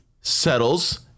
settles